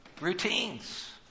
routines